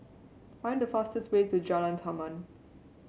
find the fastest way to Jalan Taman